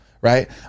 right